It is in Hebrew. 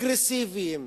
רגרסיביים,